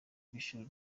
by’ishuri